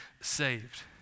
saved